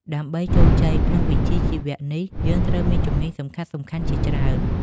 ដើម្បីជោគជ័យក្នុងវិជ្ជាជីវៈនេះ យើងត្រូវមានជំនាញសំខាន់ៗ ជាច្រើន។